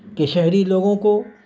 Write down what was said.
کہ شہری لوگوں کو